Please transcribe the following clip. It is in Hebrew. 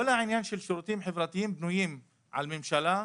העניין של שירותים חברתיים בנויים על ממשלה,